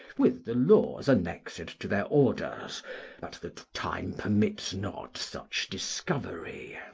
with the laws annexed to their orders but that time permits not such discovery.